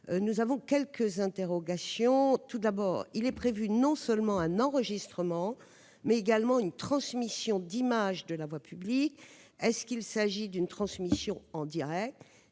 pas moins quelques interrogations. D'abord, il est prévu non seulement un enregistrement, mais également une transmission d'images de la voie publique. S'agit-il d'une transmission en direct ?